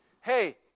hey